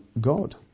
God